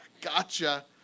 gotcha